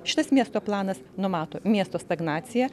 šitas miesto planas numato miesto stagnaciją